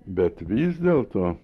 bet vis dėlto